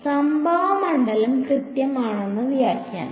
സംഭവ മണ്ഡലം കൃത്യമാണെന്നാണ് വ്യാഖ്യാനം